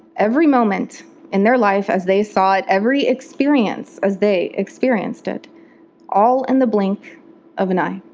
every moment in their life as they saw it, every experience as they experienced it all in the blink of an eye.